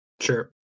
Sure